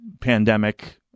pandemic